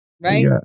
right